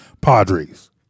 Padres